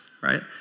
right